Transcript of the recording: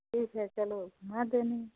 ठीक है चलो हाँ देनी